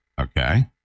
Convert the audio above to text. Okay